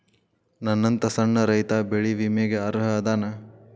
ನನ್ನಂತ ಸಣ್ಣ ರೈತಾ ಬೆಳಿ ವಿಮೆಗೆ ಅರ್ಹ ಅದನಾ?